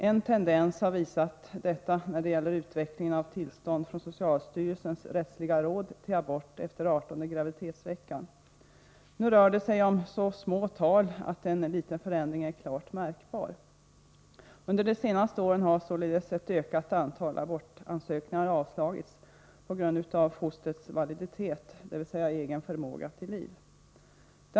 Den tendensen har man noterat när det gäller utvecklingen i fråga om tillstånd från socialstyrelsens rättsliga råd till abort efter artonde graviditetsveckan. Nu rör det sig emellertid om så små tal att även en liten förändring är klart märkbar. Under de senaste åren har således ett ökat antal abortansökningar avslagits efter bedömning av fostrets validitet, dvs. fostrets egen förmåga till liv.